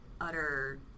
utter